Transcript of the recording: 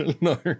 No